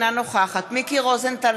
אינה נוכחת מיקי רוזנטל,